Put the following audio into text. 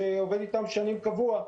שעובד שנים באופן קבוע.